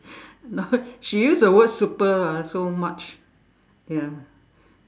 no she use the word super lah so much ya